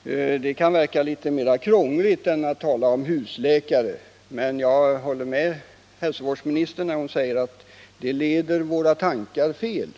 Att tala om vårdlag kan verka mera krångligt än att tala om husläkare, men i likhet med hälsovårdsministern tycker jag att uttrycket husläkare leder våra tankar fel.